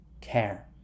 care